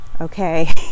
okay